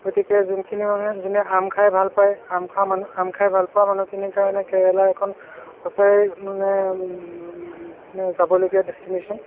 গতিকে যোনখিনি মানুহে যোনে আম খাই ভাল পায় আম খোৱা মানুু আম খাই ভালপোৱা মানুহখিনিৰ কাৰণে কেৰেলা এখন সঁচাই মানে যাবলগীয়া ডেষ্টিনেচন